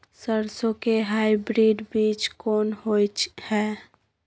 सरसो के हाइब्रिड बीज कोन होय है?